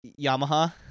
Yamaha